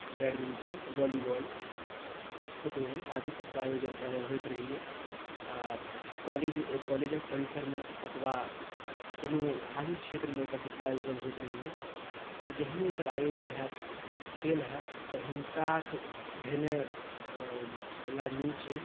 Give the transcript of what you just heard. badminton volleyball football आदिसभके आयोजन होइत प्रायः होइत रहैए आ कॉलेज कॉलेजक परिसरमे अथवा कोनो खाली क्षेत्रमे एकरसभके आयोजन होइत रहैए आ जखनहि एकर आयोजन होयत खेल होयत तऽ हिंसाक भेनाइ लाजिमी छै